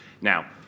Now